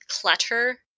clutter